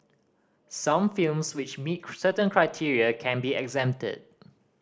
some films which meet certain criteria can be exempted